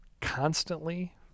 constantly